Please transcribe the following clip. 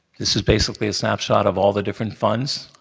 this is basically a snapshot of all the different funds,